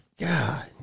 God